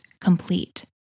complete